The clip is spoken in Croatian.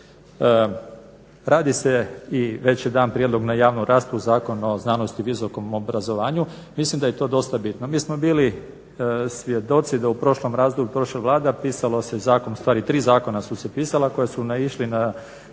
Radi se i već je dan prijedlog na javnu raspravu zakon o znanosti i visokom obrazovanju. Mislim daje to dosta bino. Mi smo bili svjedoci da u prošlom razdoblju prošla Vlada pisalo se tri zakona su se pisala koja su naišla na